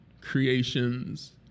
creations